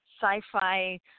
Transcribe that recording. sci-fi